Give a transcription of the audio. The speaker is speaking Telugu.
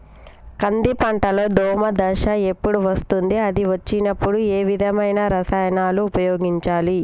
కంది పంటలో దోమ దశ ఎప్పుడు వస్తుంది అది వచ్చినప్పుడు ఏ విధమైన రసాయనాలు ఉపయోగించాలి?